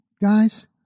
guys